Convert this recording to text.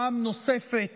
פעם נוספת